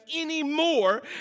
anymore